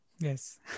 yes